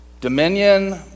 Dominion